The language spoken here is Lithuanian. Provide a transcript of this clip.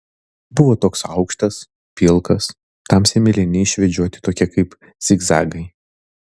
buvo toks aukštas pilkas tamsiai mėlyni išvedžioti tokie kaip zigzagai